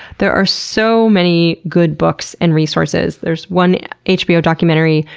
there are so many good books and resources. there's one hbo documentary,